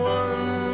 one